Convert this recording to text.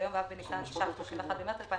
או ליום ו' בניסן התש"ף (31 במרס 2020)